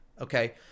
okay